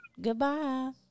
goodbye